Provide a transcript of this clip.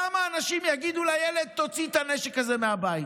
כמה אנשים יגידו לילד: תוציא את הנשק הזה מהבית?